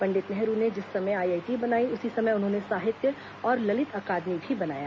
पंडित नेहरू ने जिस समय आईआईटी बनाई उसी समय उन्होंने साहित्य और ललित अकादमी भी बनाया